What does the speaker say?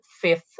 fifth